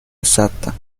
exacta